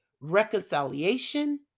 reconciliation